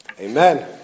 Amen